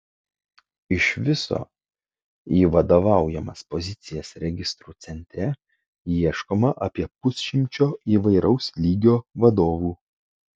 iš viso į vadovaujamas pozicijas registrų centre ieškoma apie pusšimčio įvairaus lygio vadovų